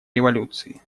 революции